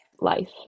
life